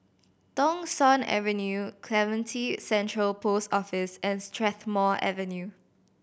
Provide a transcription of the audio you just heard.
Thong Soon Avenue Clementi Central Post Office and Strathmore Avenue